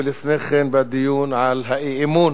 ולפני כן בדיון על האי-אמון.